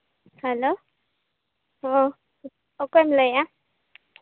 hello ᱚ ᱚᱠᱚᱭᱮᱢ ᱞᱟᱹᱭᱮᱫᱼᱟ